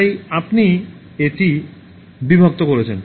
তাই আপনি এটি বিভক্ত করছেন